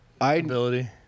ability